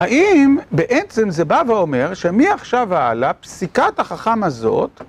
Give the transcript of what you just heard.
האם בעצם זה בא ואומר שמעכשיו והלאה פסיקת החכם הזאת